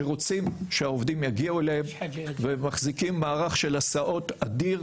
שרוצות שהעובדים יגיעו אליהן ומחזיקות מערך של הסעות אדיר,